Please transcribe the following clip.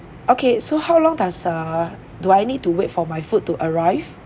okay so how long does err do I need to wait for my food to arrive